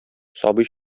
сабый